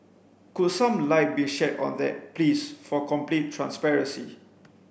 could some light be shed on that please for complete transparency